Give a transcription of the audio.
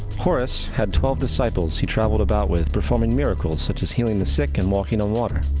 horus had twelve disciples he traveled about with, performing miracles such as healing the sick and walking on water.